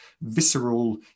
visceral